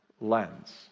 lens